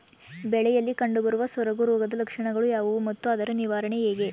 ಬೆಳೆಯಲ್ಲಿ ಕಂಡುಬರುವ ಸೊರಗು ರೋಗದ ಲಕ್ಷಣಗಳು ಯಾವುವು ಮತ್ತು ಅದರ ನಿವಾರಣೆ ಹೇಗೆ?